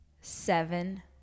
seven